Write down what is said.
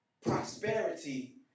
prosperity